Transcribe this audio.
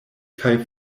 kaj